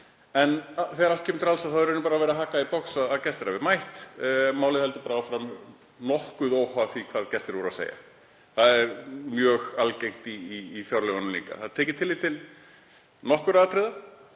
en þegar allt kemur til alls er bara verið að haka í box, að gestir hafi mætt, málið heldur bara áfram nokkuð óháð því hvað gestirnir voru að segja. Það er mjög algengt í fjárlögunum líka, það er tekið tillit til nokkurra atriða